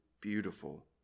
beautiful